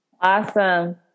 Awesome